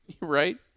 Right